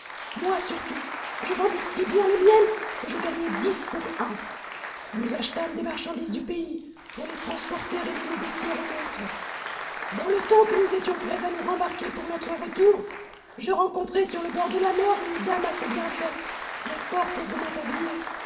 moi surtout je vendis si bien les miennes que je gagnai dix pour un nous achetâmes des marchandises du pays pour les transporter et les négocier au nôtre dans le temps que nous étions prêts à nous rembarquer pour notre retour je rencontrai sur le bord de la mer une dame assez bien faite mais fort pauvrement habillée